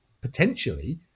potentially